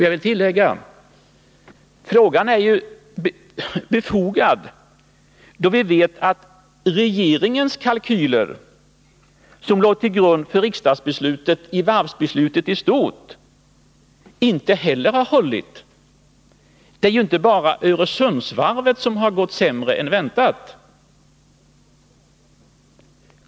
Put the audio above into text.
Jag vill tillägga att frågan är befogad, då vi vet att regeringens kalkyler som låg till grund för riksdagsbeslutet om varven inte heller har hållit. Det är ju inte bara Öresundsvarvet som har gått sämre än väntat.